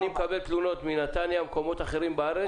מקבל תלונות מנתניה וממקומות אחרים בארץ.